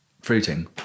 fruiting